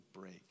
break